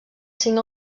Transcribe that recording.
cinc